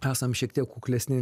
esam šiek tiek kuklesni